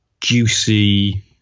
juicy